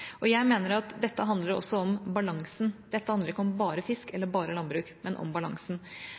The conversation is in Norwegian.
Jeg mener at dette også handler om balansen. Det handler ikke om bare fisk eller bare landbruk, men om balansen.